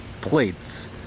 plates